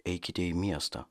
eikite į miestą